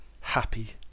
happy